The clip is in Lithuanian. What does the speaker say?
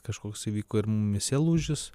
kažkoks įvyko ir mumyse lūžis